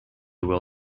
will